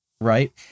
Right